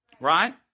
right